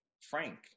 Frank